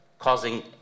causing